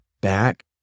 back